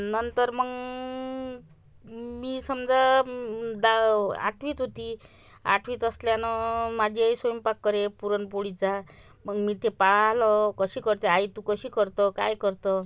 नंतर मग मी समजा दा आठवीत होती आठवीत असल्यानं माझी आई स्वयंपाक करे पुरणपोळीचा मग मी ते पाहिलं कशी करते आई तू कशी करतं काय करतं